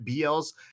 BL's